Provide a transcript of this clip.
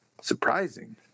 surprising